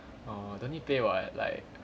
oh don't need pay [what] like